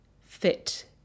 fit